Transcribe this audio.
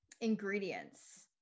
ingredients